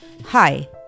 Hi